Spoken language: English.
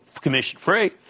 commission-free